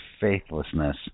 faithlessness